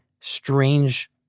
strange